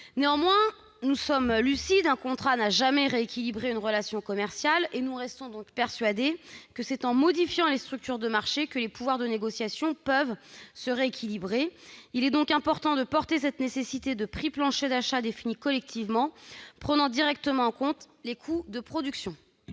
Néanmoins, nous sommes lucides : un contrat n'a jamais rééquilibré une relation commerciale. Nous restons persuadés que c'est en modifiant les structures de marché que les pouvoirs de négociation peuvent se rééquilibrer. Il est important d'affirmer la nécessité de prix planchers d'achat définis collectivement et prenant directement en compte les coûts de production.